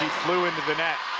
flew into the net.